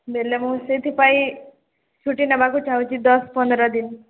ବେଲେ ମୁଁ ସେଇଥିପାଇଁ ଛୁଟି ନେବାକୁ ଚାହୁଁଛି ଦଶ ପନ୍ଦର ଦିନ